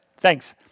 Thanks